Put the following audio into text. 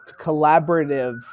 collaborative